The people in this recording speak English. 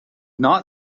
not